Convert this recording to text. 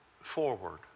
forward